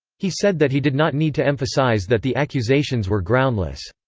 he said that he did not need to emphasize that the accusations were groundless.